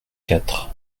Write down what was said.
quatre